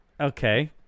Okay